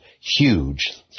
huge